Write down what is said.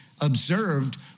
observed